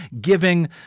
giving